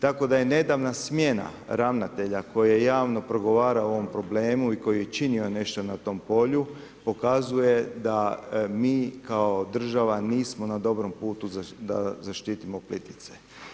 Tako da je nedavna smjena ravnatelja, koji je javno progovarao o ovom problemu i koji je činio nešto na tom polju, pokazuje da mi kao država nismo na dobrom putu da zaštitimo Plitvice.